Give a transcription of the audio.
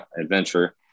adventure